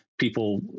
People